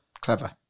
clever